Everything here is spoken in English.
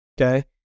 okay